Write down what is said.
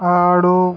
ఆడు